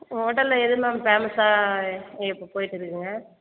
உங்கள் ஹோட்டலில் எது மேம் ஃபேமஸாக இப்போ போயிட்டுருக்குங்க